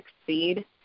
succeed